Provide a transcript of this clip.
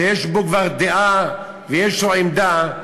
שיש לו כבר דעה ויש לו כבר עמדה,